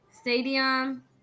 stadium